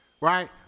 right